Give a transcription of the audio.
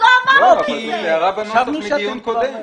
יש הערה בנוסח מדיון קודם.